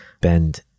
bend